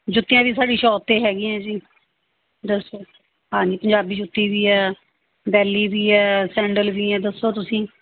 ਜੁੱਤੀਆਂ ਜੀ ਸਾਡੀ ਸ਼ੋਪ 'ਤੇ ਹੈਗੀਆਂ ਹੈ ਜੀ ਦੱਸੋ ਹਾਂਜੀ ਪੰਜਾਬੀ ਜੁੱਤੀ ਵੀ ਹੈ ਵੈਲੀ ਵੀ ਹੈ ਸੈਂਡਲ ਵੀ ਹੈ ਦੱਸੋ ਤੁਸੀਂ